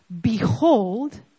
behold